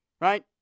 right